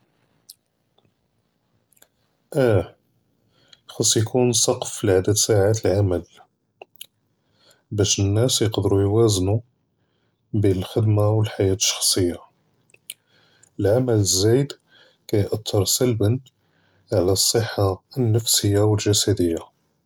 אה חַאס יְקוּן סַקַּף לְעַדַד סַעַאת אֶלְעֻמַל, בַּאש אֶלְנַּאס יְקְדְּרוּ יְוַאזְנוּ בֵּין אֶלְכַּדְמָה וְאֶלְחַיַאת אֶלְשַּׁחְסִיָּה, אֶלְעֻמַל אֶלְזַאיד כְּתְאַתֵּר סַלְבָּן עַל אֶלְصِّّحָּה אֶלְנַפְסִיָּה וְאֶלְגְּסַדִּיָּה.